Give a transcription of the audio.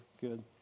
Good